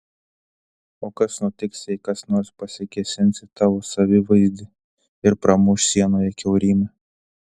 o kas nutiks jei kas nors pasikėsins į tavo savivaizdį ir pramuš sienoje kiaurymę